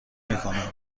میکنم